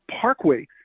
Parkway